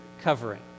covering